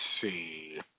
see